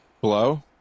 Blow